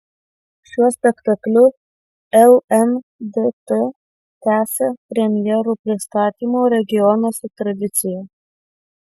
šiuo spektakliu lndt tęsia premjerų pristatymo regionuose tradiciją